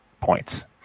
points